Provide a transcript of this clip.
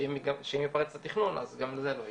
שאם ייפרץ התכנון, אז גם זה לא יהיה.